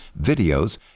videos